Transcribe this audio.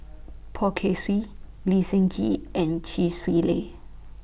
Poh Kay Swee Lee Seng Gee and Chee Swee Lee